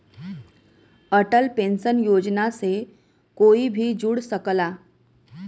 Atal pension योजना से कोई भी जुड़ सकला